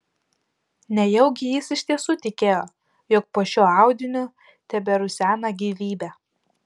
nejaugi jis iš tiesų tikėjo jog po šiuo audiniu teberusena gyvybė